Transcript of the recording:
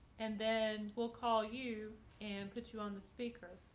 and then we'll call you and put you on the speaker.